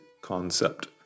concept